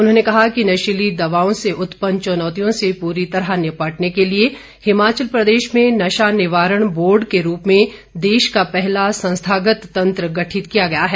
उन्होंने कहा कि नशीली दवाओं से उत्पन्न चुनौतियों से पूरी तरह निपटने के लिए हिमाचल प्रदेश में नशा निवारण बोर्ड के रूप में देश का पहला संस्थागत तंत्र गठित किया गया है